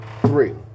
three